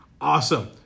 Awesome